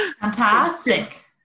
Fantastic